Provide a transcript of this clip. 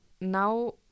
now